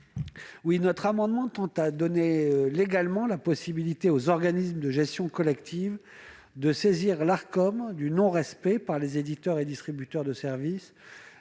Cet amendement tend à donner la possibilité légale aux organismes de gestion collective de saisir l'Arcom du non-respect, par les éditeurs et distributeurs de services,